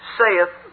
saith